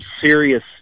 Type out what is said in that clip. serious